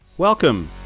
Welcome